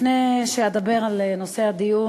לפני שאדבר על נושא הדיון,